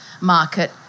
market